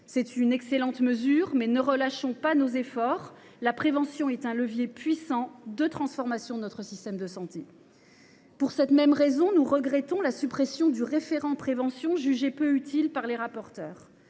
C’est une excellente mesure, mais ne relâchons pas nos efforts : la prévention est un levier puissant de transformation de notre système de santé. Pour cette même raison, nous regrettons la suppression du référent prévention de l’établissement, jugé peu utile par les rapporteurs.